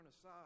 aside